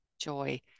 joy